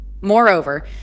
Moreover